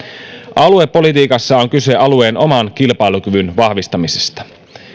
aluepolitiikassa on kyse alueen oman kilpailukyvyn vahvistamisesta